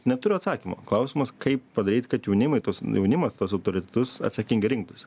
neturiu atsakymo klausimas kaip padaryt kad jaunimui tos jaunimas tuos autoritetus atsakingai rinktųsi